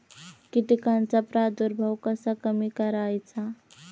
कीटकांचा प्रादुर्भाव कसा कमी करायचा?